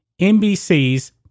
NBC's